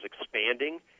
expanding